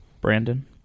Brandon